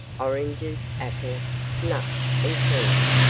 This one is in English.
oranges, apples, nuts, and candy.